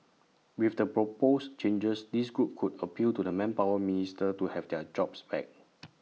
with the proposed changes this group could appeal to the manpower minister to have their jobs back